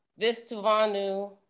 Vistuvanu